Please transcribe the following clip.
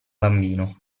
bambino